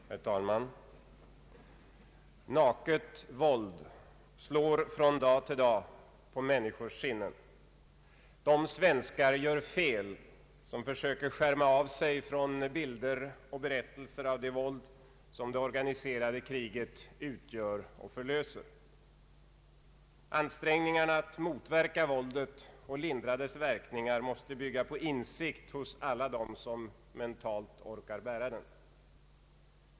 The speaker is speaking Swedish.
Herr talman! Naket våld slår från dag till dag på människors sinnen. De svenskar gör fel som försöker skärma av sig från bilder och berättelser av det våld som det organiserade kriget utgör och förlöser. Ansträngningarna att motverka våldet och lindra dess verkningar måste bygga på insikt hos alla dem som mentalt orkar bära den.